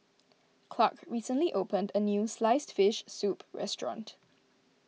Clarke recently opened a new Sliced Fish Soup restaurant